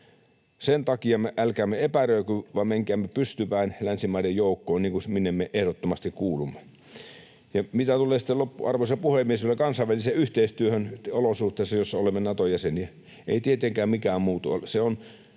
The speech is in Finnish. Sen takia älkäämme epäröikö vaan menkäämme pystypäin länsimaiden joukkoon, minne me ehdottomasti kuulumme. Ja mitä tulee sitten, arvoisa puhemies, vielä kansainväliseen yhteistyöhön olosuhteissa, joissa olemme Naton jäseniä, ei tietenkään mikään muutu.